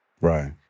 Right